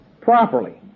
properly